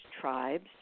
tribes